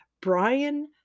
Brian